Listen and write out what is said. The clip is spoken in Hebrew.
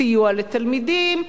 סיוע לתלמידים,